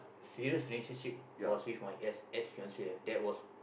serious relationship was with my ex ex last year that was